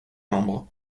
membres